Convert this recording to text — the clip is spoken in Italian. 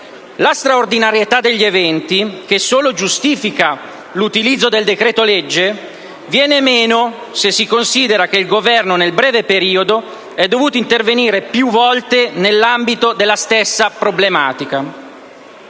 La straordinarietà degli eventi, che solo giustifica l'utilizzo del decreto-legge, viene meno se si considera il fatto che il Governo nel breve periodo è dovuto intervenire più volte nell'ambito della stessa problematica.